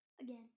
again